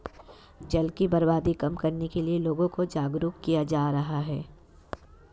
जल की बर्बादी कम करने के लिए लोगों को जागरुक किया जा रहा है